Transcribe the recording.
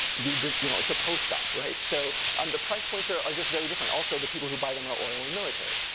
you just, you know, it's a post-stock, right? so um the price points are are just very different. also, the people who buy them are oil and military.